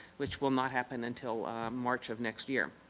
which will not happen until march of next year.